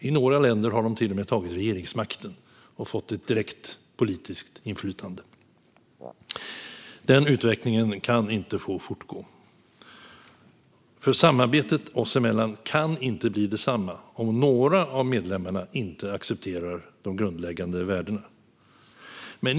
I några länder har dessa krafter till och med tagit regeringsmakten och fått direkt politiskt inflytande. Den utvecklingen kan inte få fortgå. Samarbetet oss emellan kan nämligen inte bli detsamma om några av medlemmarna inte accepterar de grundläggande värdena.